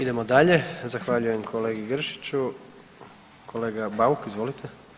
Idemo dalje, zahvaljujem kolegi Gršiću, kolega Bauk izvolite.